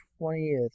20th